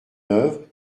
œuvre